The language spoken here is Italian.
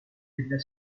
della